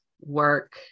work